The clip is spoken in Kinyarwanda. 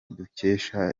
dukesha